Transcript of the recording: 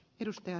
edustaja